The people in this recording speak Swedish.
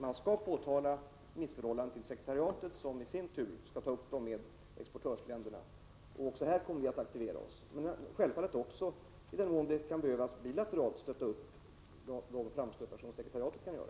Man skall påtala missförhållanden till sekretariatet, som i sin tur skall ta upp saken med exportländerna. Vi kommer att aktivera oss även här. Självfallet kommer vi också att delta i den mån det kan behövas att man bilateralt stöttar de framstötar som sekretariatet kan göra.